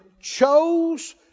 chose